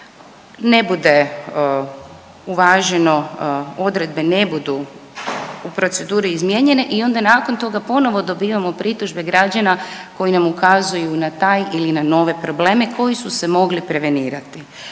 ne bude uvaženo, odredbe ne budu u proceduri izmijenjene i onda nakon toga ponovo dobivamo pritužbe građana koji nam ukazuju na taj ili na nove probleme koji su se mogli prevenirati.